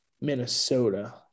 Minnesota